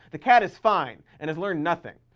the cat is fine and has learned nothing.